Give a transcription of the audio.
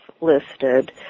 listed